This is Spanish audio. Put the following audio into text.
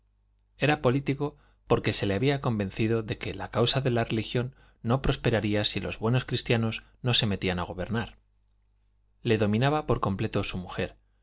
era político porque se le había convencido de que la causa de la religión no prosperaría si los buenos cristianos no se metían a gobernar le dominaba por completo su mujer